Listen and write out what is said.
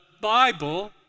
Bible